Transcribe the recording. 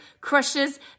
crushes